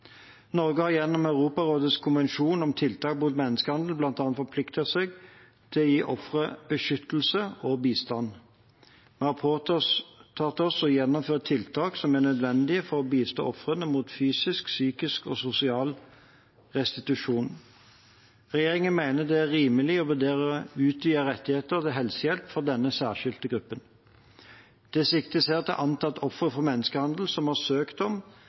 Norge har gjennom Europarådets konvensjon om tiltak mot menneskehandel bl.a. forpliktet seg til å gi ofre beskyttelse og bistand. Vi har påtatt oss å gjennomføre tiltak som er nødvendige for å bistå ofrene med fysisk, psykisk og sosial restitusjon. Regjeringen mener det er rimelig å vurdere utvidede rettigheter til helsehjelp for denne særskilte gruppen. Det siktes her til antatte ofre for menneskehandel som har søkt om